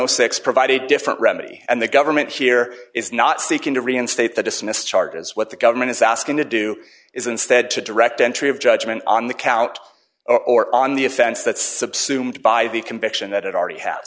and six provide a different remedy and the government here is not seeking to reinstate the dismiss charges what the government is asking to do is instead to direct entry of judgment on the count or on the offense that subsumed by the conviction that it already ha